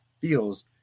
feels